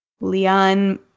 Leon